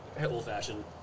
old-fashioned